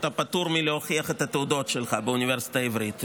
אתה פטור מלהוכיח את התעודות שלך באוניברסיטה העברית,